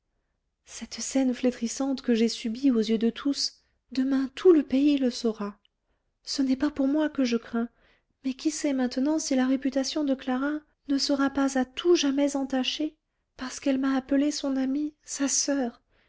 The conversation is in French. cette scène flétrissante que j'ai subie aux yeux de tous demain tout le pays le saura ce n'est pas pour moi que je crains mais qui sait maintenant si la réputation de clara ne sera pas à tout jamais entachée parce qu'elle m'a appelée son amie sa soeur